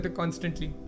constantly